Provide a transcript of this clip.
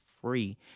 free